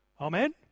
Amen